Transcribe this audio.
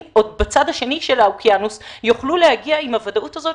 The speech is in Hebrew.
עוד בצד השני של האוקיינוס יוכלו להגיע עם הוודאות הזאת,